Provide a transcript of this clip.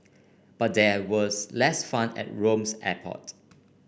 but there was less fun at Rome's airport